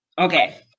Okay